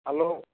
hello